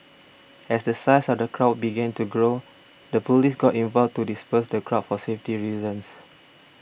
as the size of the crowd began to grow the police got involved to disperse the crowd for safety a reasons